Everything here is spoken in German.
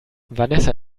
vanessa